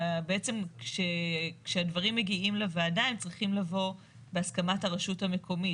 בעצם כשהדברים מגיעים לוועדה הם צריכים לבוא בהסכמת הרשות המקומית.